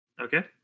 Okay